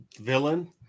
villain